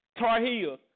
Tarheel